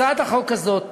הצעת החוק הזאת